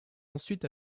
ensuite